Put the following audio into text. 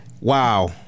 wow